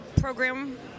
program